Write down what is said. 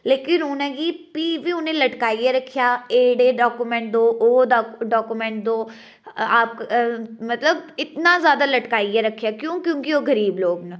लेकिन उ'नेंगी गी बी लटकाइयै रक्खेआ एह् जेह्ड़े डॉक्यूमेंट ओह् डॉक्यूमेंट दो मतलब इ'न्ना जादा लटकाइयै रक्खेआ क्यों क्योंकि ओह् गरीब लोक न